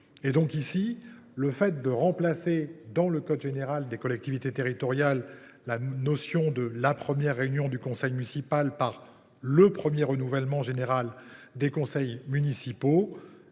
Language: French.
En l’espèce, le fait de remplacer, dans le code général des collectivités territoriales, les mots :« la première réunion du conseil municipal » par les mots :« le premier renouvellement général des conseils municipaux